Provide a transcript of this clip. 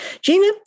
Gina